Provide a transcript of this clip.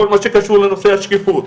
כל מה שקשור לנושא השקיפות,